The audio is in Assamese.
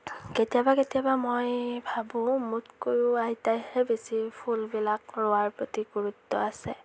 কেতিয়াবা কেতিয়াবা মই ভাবোঁ মোতকৈয়ো আইতাৰহে বেছি ফুলবিলাক ৰোৱাৰ প্ৰতি গুৰুত্ব আছে